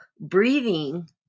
breathing